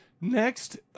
Next